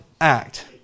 act